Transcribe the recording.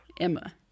Emma